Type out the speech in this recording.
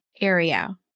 area